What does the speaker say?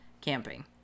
camping